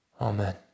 Amen